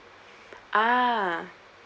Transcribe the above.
ah